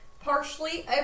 partially